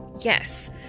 Yes